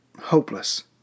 hopeless